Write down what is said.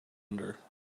under